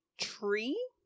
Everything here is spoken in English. tree